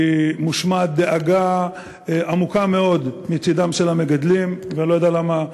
כי מושמעת דאגה עמוקה מאוד מצדם של המגדלים ואני לא יודע למה,